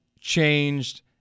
changed